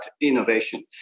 innovation